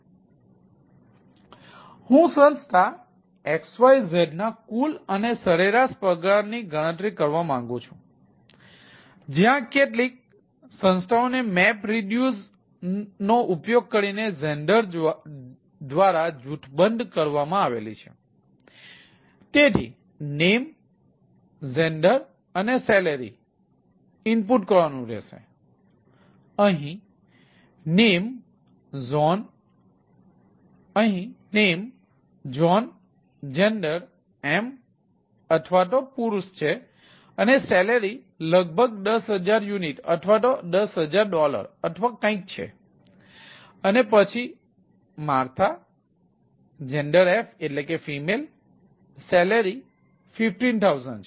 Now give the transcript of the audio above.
તેથી હું સંસ્થા XYZના કુલ અને સરેરાશ પગારની ગણતરી કરવા માંગુ છું જ્યાં કેટલીક સંસ્થાઓને મેપરિડ્યુસ છે અને salary 15000 છે